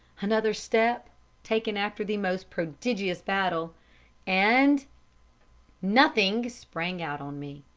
another step taken after the most prodigious battle and nothing sprang out on me.